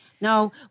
No